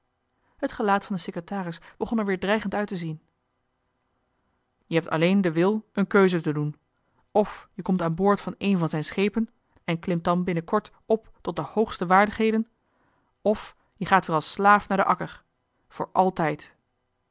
t gelaat van den secretaris begon er weer dreigend uit te zien je hebt alleen den wil een keuze te doen of je komt aan boord van een van zijn schepen en klimt dan binnenkort op tot de hoogste waardigheden f je gaat weer als slaaf naar den akker voor altijd